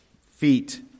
feet